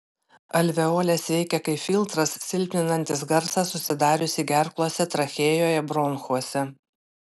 alveolės veikia kaip filtras silpninantis garsą susidariusį gerklose trachėjoje bronchuose